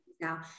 now